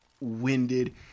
winded